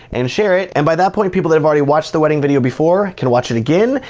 and share it, and by that point people that have already watched the wedding video before can watch it again,